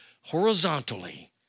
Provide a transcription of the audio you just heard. horizontally